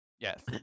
yes